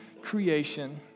creation